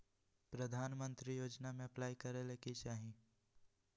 प्रधानमंत्री योजना में अप्लाई करें ले की चाही?